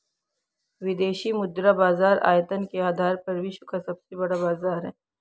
विदेशी मुद्रा बाजार आयतन के आधार पर विश्व का सबसे बड़ा बाज़ार है